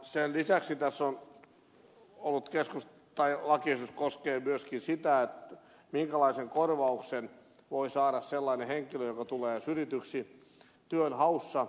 sen lisäksi lakiehdotus koskee myöskin sitä minkälaisen korvauksen voi saada sellainen henkilö joka tulee syrjityksi työnhaussa